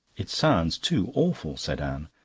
it sounds too awful, said anne.